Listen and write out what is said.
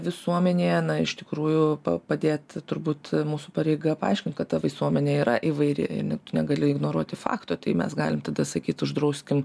visuomenėje na iš tikrųjų padėt turbūt mūsų pareiga paaiškint kad visuomenė yra įvairi ir tu negali ignoruoti fakto tai mes galim tada sakyti uždrauskim